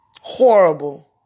Horrible